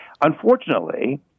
Unfortunately